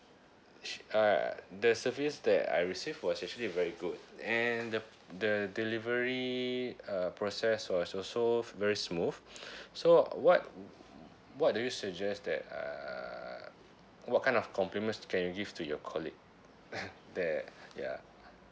sh~ uh the service that I received was actually very good and the the delivery uh process was also very smooth so what what do you suggest that uh what kind of compliments can you give to your colleague that ya